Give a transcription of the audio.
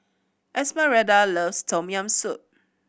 Esmeralda loves Tom Yam Soup